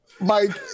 Mike